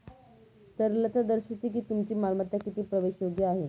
तरलता दर्शवते की तुमची मालमत्ता किती प्रवेशयोग्य आहे